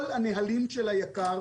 כל הנהלים של "היקר",